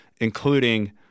including